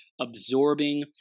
absorbing